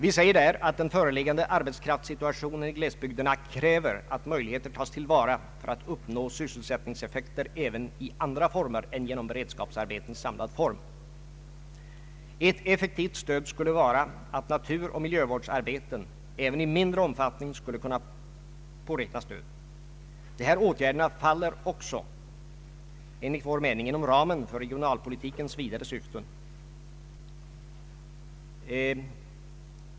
Vi säger där att den föreliggande arbetskraftssituationen i glesbygderna kräver att möjligheter tas till vara för att uppnå sysselsättningseffekter även i andra former än genom beredskapsarbeten i samlad form. Ett effektivt stöd skulle vara att naturoch miljövårdsarbeten även i mindre omfattning kunde påräkna stöd. De här åtgärderna faller också enligt vår mening inom ramen för regionalpolitikens vidare syften.